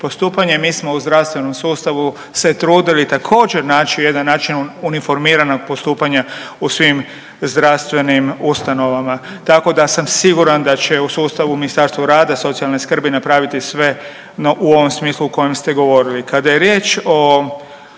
postupanje. Mi smo u zdravstvenom sustavu se trudili također, naći jedan način uniformiranog postupanja u svim zdravstvenim ustanovama, tako da sam siguran da će u sustavu Ministarstvo rada, socijalne skrbi napraviti sve no u ovom smislu kojem ste govorili. Kada je riječ o